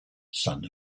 son